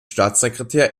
staatssekretär